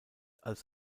als